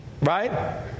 Right